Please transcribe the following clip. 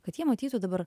kad jie matytų dabar